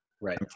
Right